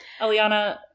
Eliana